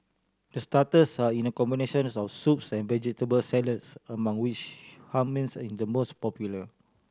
the starters are in a combination of soups and vegetable salads among which Hummus in the most popular